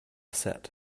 set